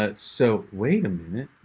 ah so wait a minute.